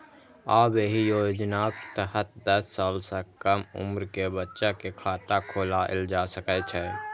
आब एहि योजनाक तहत दस साल सं कम उम्र के बच्चा के खाता खोलाएल जा सकै छै